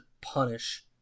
punish